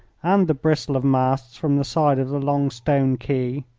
and the bristle of masts from the side of the long stone quay.